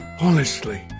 Honestly